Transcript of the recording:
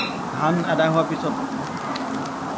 ধান আদায় হোৱাৰ পিছত